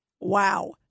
Wow